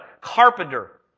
carpenter